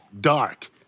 dark